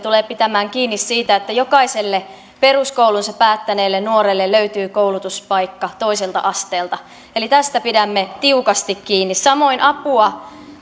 tulee pitämään kiinni siitä että jokaiselle peruskoulunsa päättäneelle nuorelle löytyy koulutuspaikka toiselta asteelta tästä pidämme tiukasti kiinni samoin kuin apua